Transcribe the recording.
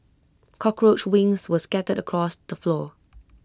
cockroach wings were scattered across the floor